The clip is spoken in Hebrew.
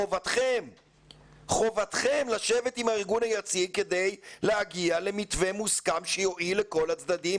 חובתכם לשבת אתו כדי להגיע למתווה מוסכם שיועיל לכל הצדדים,